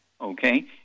Okay